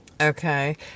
Okay